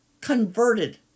converted